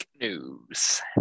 news